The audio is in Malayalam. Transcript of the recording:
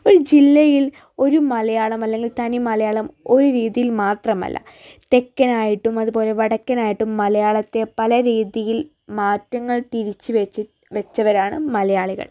ഒരു ജില്ലയിൽ ഒരു മലയാളമല്ലെങ്കിൽ തനിമലയാളം ഒരു രീതിയിൽ മാത്രമല്ല തെക്കനായിട്ടും അതുപോലെ വടക്കനായിട്ടും മലയാളത്തെ പല രീതിയിൽ മാറ്റങ്ങൾ തിരിച്ചുവച്ച് വച്ചവരാണ് മലയാളികൾ